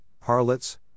harlots